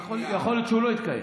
יכול להיות שהוא לא יתקיים.